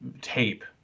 tape